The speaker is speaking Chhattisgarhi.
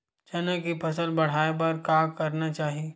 चना के फसल बढ़ाय बर का करना चाही?